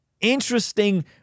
interesting